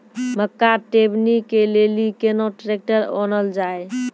मक्का टेबनी के लेली केना ट्रैक्टर ओनल जाय?